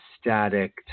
static